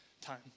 time